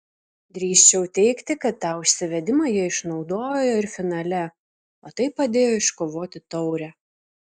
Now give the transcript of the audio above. drįsčiau teigti kad tą užsivedimą jie išnaudojo ir finale o tai padėjo iškovoti taurę